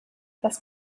das